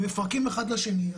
הם מפרקים אחד לשני,